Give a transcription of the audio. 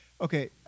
okay